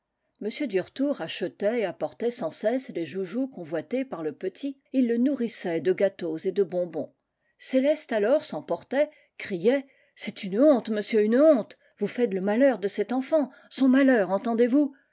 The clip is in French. m duretour achetait et apportait sans cesse les joujoux convoités par le petit et il le nourrissait de aâteaux et de bonbons céleste alors s'emportait criait c'est une honte monsieur une honte vous faites le malheur de cet enfant son malheur entendez-vous